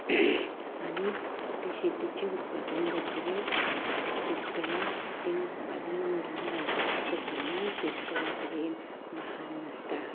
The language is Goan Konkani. आनीक ते शेतीचें उत्पादन जातरेर शेतकऱ्यांक तें उत्पादन व्हरून घालपाक सगल्या शेतकऱ्यां कडेन वाहन नासता